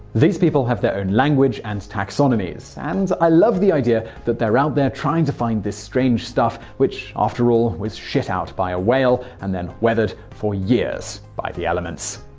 these people have own language and taxonomies, and i love the idea that they're out there trying to find this strange stuff, which, after all, was shit out by a whale, and then weathered for years by the elements,